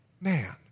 man